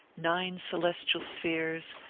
nine celestial spheres,